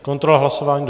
Kontrola hlasování?